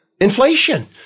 inflation